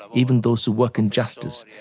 even those who work in justice,